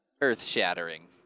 earth-shattering